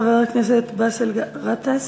חבר הכנסת באסל גטאס,